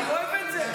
אני אוהב את זה.